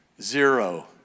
Zero